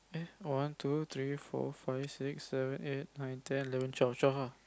one two three four five six seven eight nine ten eleven twelve twelve lah